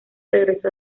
regresó